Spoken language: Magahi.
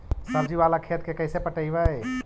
सब्जी बाला खेत के कैसे पटइबै?